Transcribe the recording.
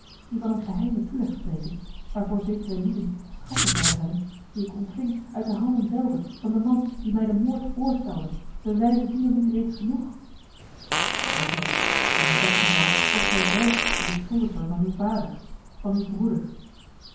die van een geheimen toeleg spreken waarvoor zekere lieden schatten veil hebben die ik ontving uit de handen zelven van den man die mij den moord voorstelde bewijzen die dat niet reeds genoeg mogelijk maar in dat geval wordt gij zelf de beschuldiger van uw vader van uw broeder